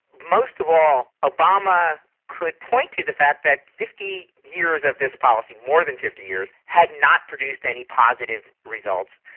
most of all, obama could point to the fact that fifty years of this policy, more than fifty years, had not produced any positive results.